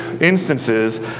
instances